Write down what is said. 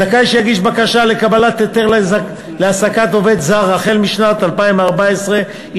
זכאי שיגיש בקשה לקבלת היתר להעסקת עובד זר החל משנת 2014 יתבקש